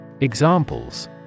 Examples